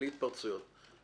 בלי התפרצויות,